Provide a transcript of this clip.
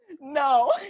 No